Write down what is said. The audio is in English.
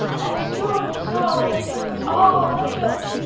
and soon saw that it was all a joke.